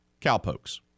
cowpokes